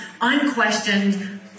unquestioned